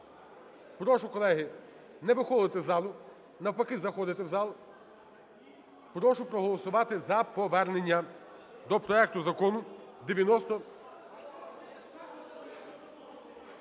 Прошу, колеги, не виходити з залу, навпаки заходити в зал. Прошу проголосувати за повернення до проекту Закону 90…